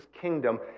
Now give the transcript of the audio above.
kingdom